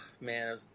man